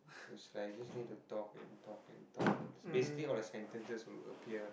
it was like just need to talk and talk and talk just basically all the sentences would appear